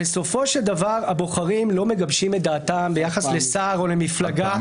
בסופו של דבר הבוחרים לא מגבשים את דעתם ביחס לשר או למפלגה,